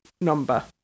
number